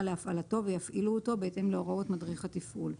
להפעלתו ויפעילו אותו בהתאם להוראות מדריך התפעול".